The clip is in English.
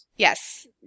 Yes